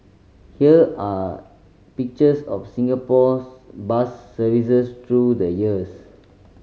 here are pictures of Singapore's bus services through the years